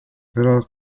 però